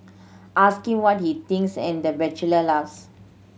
ask him what he thinks and the bachelor laughs